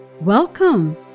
Welcome